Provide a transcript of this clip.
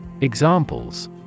Examples